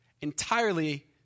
Entirely